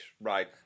right